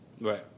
right